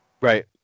Right